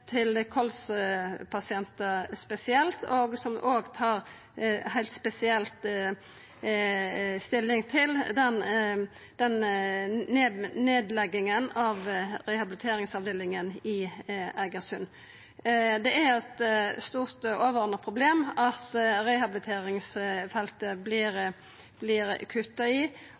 kolspasientar spesielt, og som òg tar spesielt stilling til nedlegginga av rehabiliteringsavdelinga i Egersund. Det er eit stort, overordna problem at det vert kutta i rehabiliteringsfeltet, spesielt på sjukehus, og det før tilsvarande tilbod er bygde opp i